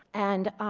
and i